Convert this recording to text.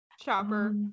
Chopper